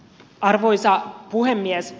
arvoisa puhemies